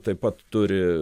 taip pat turi